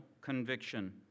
conviction